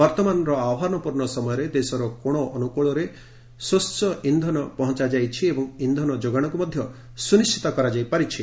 ବର୍ତ୍ତମାନର ଆହ୍ୱାନପୂର୍ଣ୍ଣ ସମୟରେ ଦେଶର କୋଶ ଅନ୍ନକୋଶରେ ସ୍ୱଚ୍ଛ ଇନ୍ଧନ ପହଞ୍ଚାଯାଇଛି ଏବଂ ଇନ୍ଧନ ଯୋଗାଣକୁ ନିର୍ଚ୍ଚିତ କରାଯାଇଛି